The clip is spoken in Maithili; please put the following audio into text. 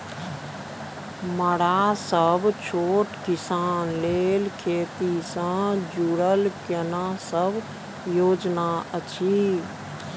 मरा सब छोट किसान लेल खेती से जुरल केना सब योजना अछि?